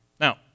Now